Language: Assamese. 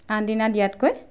আনদিনা দিয়াতকৈ